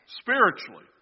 spiritually